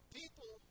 people